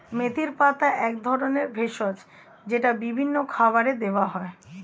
মেথির পাতা এক ধরনের ভেষজ যেটা বিভিন্ন খাবারে দেওয়া হয়